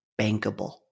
bankable